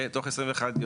כן, תוך 21 יום.